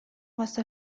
واسه